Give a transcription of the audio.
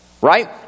Right